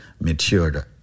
matured